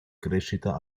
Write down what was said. crescita